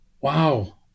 wow